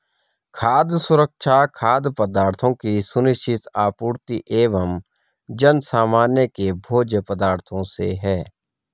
खाद्य सुरक्षा खाद्य पदार्थों की सुनिश्चित आपूर्ति एवं जनसामान्य के भोज्य पदार्थों से है